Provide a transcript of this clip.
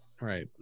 Right